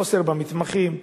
חוסר במתמחים,